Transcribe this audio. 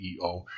CEO